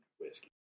whiskey